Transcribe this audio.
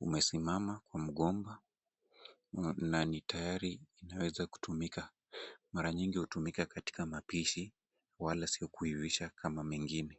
umesimama kwa mgomba na ni tayari inaweza kutumika. Mara mingi hutumika katika mapishi wala sio kuivisha kama mengine.